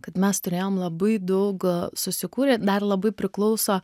kad mes turėjom labai daug susikūrę dar labai priklauso